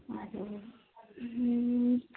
হয়